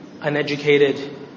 uneducated